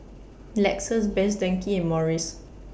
Lexus Best Denki and Morries